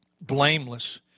blameless